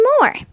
more